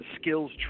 skills